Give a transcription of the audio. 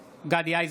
(קורא בשמות חברי הכנסת) גדי איזנקוט,